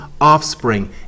offspring